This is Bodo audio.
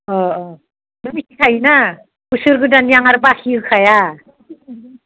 अ अ नों मिथिखायोना बोसोर गोदाननि आं आरो बाखि होखाया